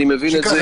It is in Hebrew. אני מבין את זה.